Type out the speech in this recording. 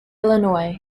illinois